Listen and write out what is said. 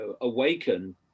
awaken